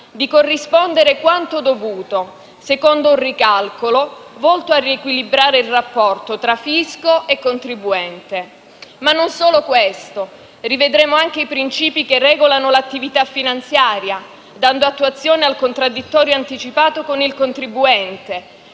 di corrispondere quanto dovuto secondo un ricalcolo volto a riequilibrare il rapporto tra fisco e contribuente. Ma non solo questo. Rivedremo anche i principi che regolano l'attività finanziaria, dando attuazione al contraddittorio anticipato con il contribuente,